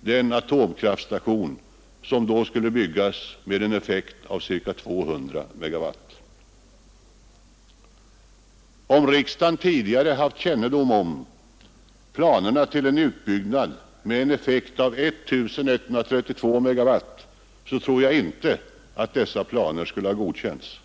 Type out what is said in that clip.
den atomkraftstation som då skulle byggas med en effekt på ca 200 MW. Om riksdagen tidigare hade haft kännedom om planerna på en utbyggnad med en effekt av 1 132 MW, tror jag inte att dessa planer skulle ha godkänts.